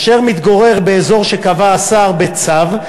אשר מתגורר באזור שקבע השר בצו,